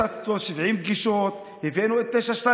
ישבתי איתו ל-70 פגישות, הבאנו את 922,